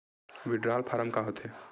Withdrawal form का होथे?